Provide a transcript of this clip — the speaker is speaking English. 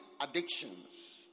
addictions